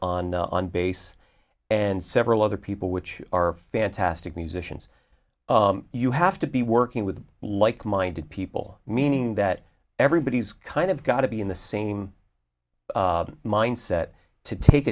on on bass and several other people which are fantastic musicians you have to be working with like minded people meaning that everybody's kind of got to be in the same mindset to take